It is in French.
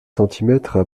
centimètres